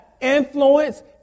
influence